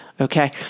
okay